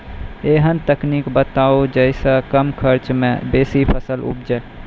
ऐहन तकनीक बताऊ जै सऽ कम खर्च मे बेसी फसल उपजे?